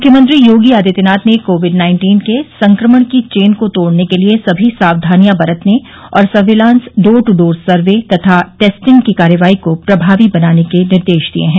मुख्यमंत्री योगी आदित्यनाथ ने covid nineteen के संक्रमण की चेन को तोड़ने के लिये सभी साक्यानियां बरतने और surveillance door to door survey तथा टेस्टिंग की कार्रवाई को प्रभावी बनाने के निर्देश दिये हैं